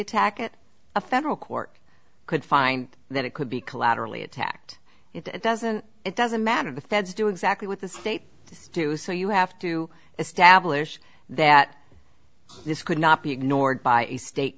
attack it a federal court could find that it could be collaterally attacked it doesn't it doesn't matter the feds do exactly what the state to do so you have to establish that this could not be ignored by a state